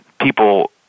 people